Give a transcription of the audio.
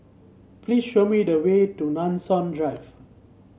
please show me the way to Nanson Drive